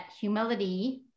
humility